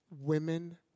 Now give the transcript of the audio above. women